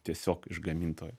tiesiog iš gamintojo